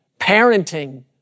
parenting